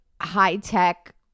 high-tech